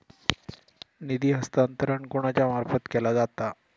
निधी हस्तांतरण कोणाच्या मार्फत केला जाता?